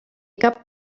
cap